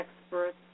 experts